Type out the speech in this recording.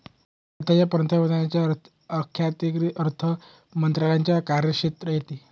भारताच्या पंतप्रधानांच्या अखत्यारीत अर्थ मंत्रालयाचे कार्यक्षेत्र येते